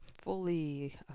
fully